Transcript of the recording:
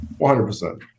100%